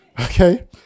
Okay